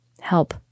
Help